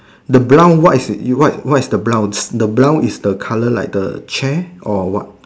the brown what is what is the brown the brown is the colour of the chair or what